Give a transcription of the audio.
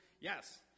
Yes